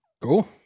Cool